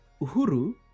Uhuru